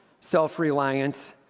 self-reliance